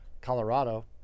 Colorado